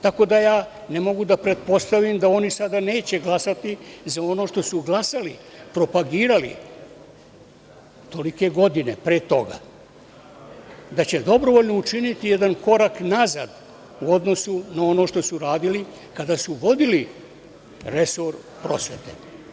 Tako da ja ne mogu da pretpostavim da oni sada neće glasati za ono što su glasali, propagirali tolike godine pre toga, da će dobrovoljno učiniti jedan korak nazad u odnosu na ono što su radili kada su vodili resor prosvete.